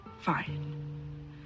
Fine